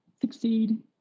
succeed